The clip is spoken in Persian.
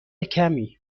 کمی